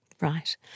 Right